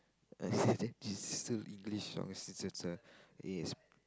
English song it is